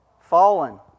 Fallen